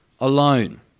Alone